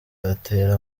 atera